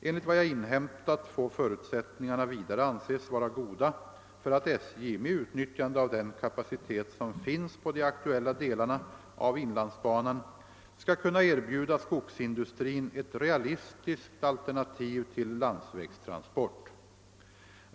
Enligt vad jag inhämtat får förutsättningarna vidare anses vara goda för att SJ med utnyttjande av den kapacitet som finns på de aktuella delarna av inlandsbanan skall kunna erbjuda skogsindustrin ett realistiskt alternativ till landsvägstransport.